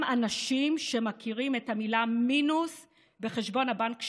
אנשים שמכירים את המילה מינוס בחשבון הבנק שלהם.